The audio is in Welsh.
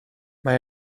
mae